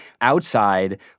outside